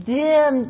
dim